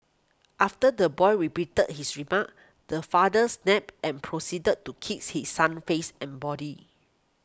after the boy repeated his remark the father snapped and proceeded to kick his son's face and body